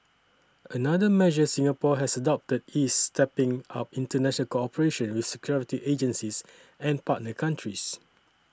another measure Singapore has adopted is stepping up international cooperation with security agencies and partner countries